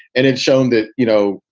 and it's shown that, you know,